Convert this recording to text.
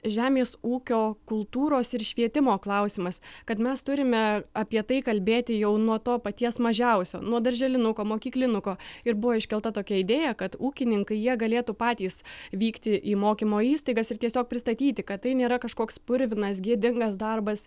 žemės ūkio kultūros ir švietimo klausimas kad mes turime apie tai kalbėti jau nuo to paties mažiausio nuo darželinuko mokyklinuko ir buvo iškelta tokia idėja kad ūkininkai jie galėtų patys vykti į mokymo įstaigas ir tiesiog pristatyti kad tai nėra kažkoks purvinas gėdingas darbas